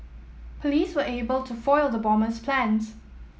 police were able to foil the bomber's plans